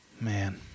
Man